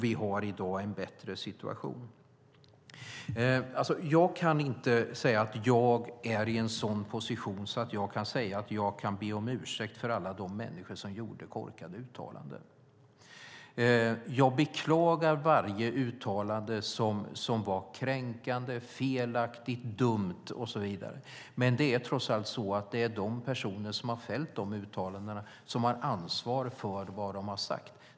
Vi har en bättre situation i dag. Jag kan inte säga att jag är i en sådan position att jag kan be om ursäkt för alla de människor som gjorde korkade uttalanden. Jag beklagar varje uttalande som var kränkande, felaktigt, dumt och så vidare, men det är trots allt de personer som har fällt de uttalandena som har ansvar vad de har sagt.